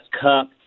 Cup